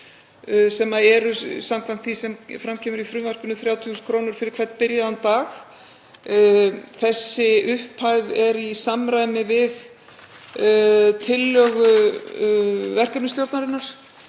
sem eru, samkvæmt því sem fram kemur í frumvarpinu, 30.000 kr. fyrir hvern byrjaðan dag. Þessi upphæð er í samræmi við tillögu verkefnisstjórnarinnar